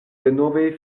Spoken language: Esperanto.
denove